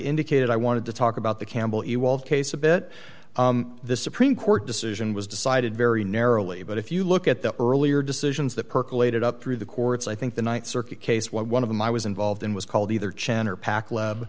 indicated i wanted to talk about the campbell evolve case a bit the supreme court decision was decided very narrowly but if you look at the earlier decisions that percolate up through the courts i think the th circuit case what one of them i was involved in was called either chan or pac lab